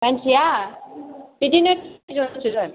मानसिया बिदिनो बिसज'न फसिस जनसो जागोन